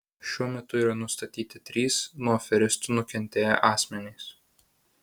šiuo metu yra nustatyti trys nuo aferistų nukentėję asmenys